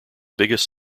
biggest